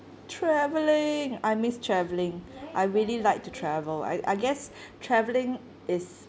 travelling I miss travelling I really like to travel I I guess travelling is